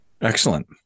Excellent